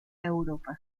europa